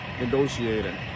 negotiating